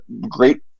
great